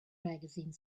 magazine